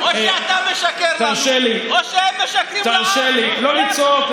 תרשה לי, לא לצעוק.